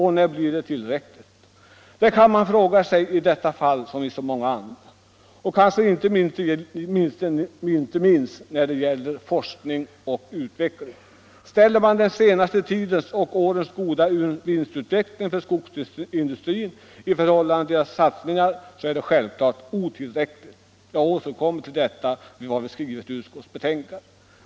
Och när blir inflytandet tillräckligt? Det kan man fråga sig i detta som i så många andra fall, och kanske inte minst just när det gäller forskning och utveckling. Om man ställer den senaste tidens och de senaste årens goda vinstutveckling för skogsindustrin i förhållande till industrins satsningar, så är satsningarna självklart otillräckliga. Jag återkommer till den saken och till vad vi har skrivit i utskottets betänkande.